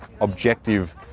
objective